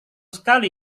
sekali